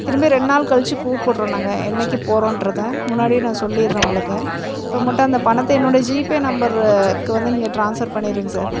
திரும்ப ரெண்டு நாம் கழித்து கூப்பிடுறோம் நாங்கள் என்றைக்கு போகிறோம்ன்றத முன்னாடியே நான் சொல்லிவிடுறேன் உங்களுக்கு இப்போ மட்டும் அந்த பணத்தை என்னுடைய ஜிபே நம்பருக்கு வந்து நீங்கள் டிரான்ஸ்ஃபர் பண்ணிடுங்க சார்